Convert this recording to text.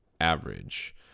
average